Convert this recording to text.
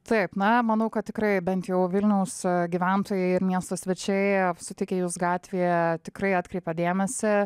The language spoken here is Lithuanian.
taip na manau kad tikrai bent jau vilniaus gyventojai ir miesto svečiai sutikę jus gatvėje tikrai atkreipia dėmesį